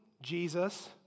Jesus